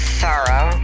sorrow